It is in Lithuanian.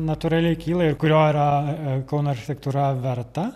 natūraliai kyla ir kurio yra kauno architektūra verta